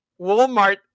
Walmart